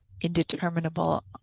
indeterminable